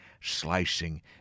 slicing